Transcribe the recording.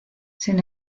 sin